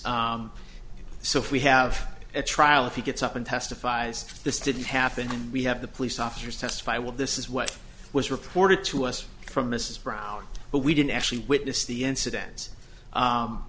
and so if we have a trial if he gets up and testifies this didn't happen and we have the police officers testify well this is what was reported to us from mrs brown but we didn't actually witness the incidence